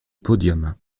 podium